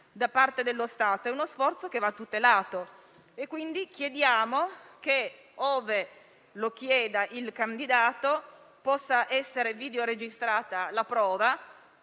da parte dello Stato ed è uno sforzo che va tutelato. Quindi chiediamo che, ove lo chieda il candidato, la prova possa essere videoregistrata. Vorrei